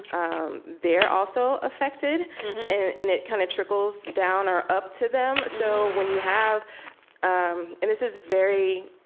um they're also affected and it kind of trickles down or up to them. so when you have um and this is very,